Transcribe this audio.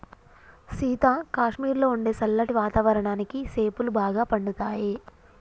సీత కాశ్మీరులో ఉండే సల్లటి వాతావరణానికి సేపులు బాగా పండుతాయి